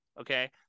Okay